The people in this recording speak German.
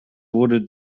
wurde